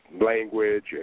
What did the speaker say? language